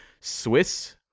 Swiss